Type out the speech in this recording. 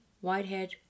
Whitehead